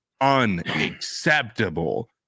unacceptable